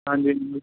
ਹਾਂਜੀ